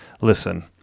Listen